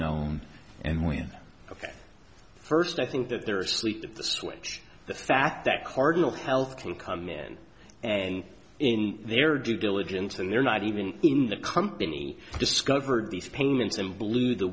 known and when ok first i think that they're asleep the switch the fact that cardinal health will come in and in their due diligence and they're not even in the company discovered these payments and blew the